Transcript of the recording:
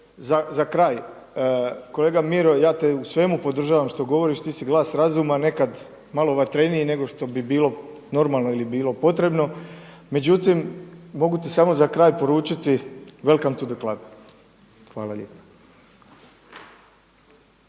za kraj. Kolega Miro, ja te u svemu podržavam što govoriš, ti si glas razuma nekad malo vatreniji nego što bi bilo normalno ili bilo potrebno, međutim mogu ti samo za kraj poručiti „welcome to the club“. Hvala lijepa.